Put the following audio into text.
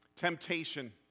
Temptation